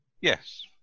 Yes